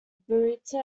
bhutto